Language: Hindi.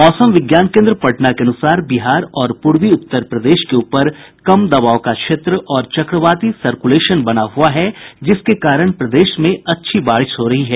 मौसम विज्ञान केन्द्र पटना के अनुसार बिहार और पूर्वी उत्तर प्रदेश के ऊपर कम दबाव का क्षेत्र और चक्रवाती सर्कुलेशन बना हुआ है जिसके कारण प्रदेश में अच्छी बारिश हो रही है